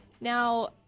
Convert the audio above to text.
Now